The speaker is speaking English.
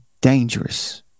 dangerous